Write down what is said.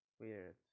weird